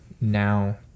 now